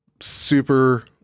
super